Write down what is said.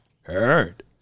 Heard